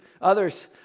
Others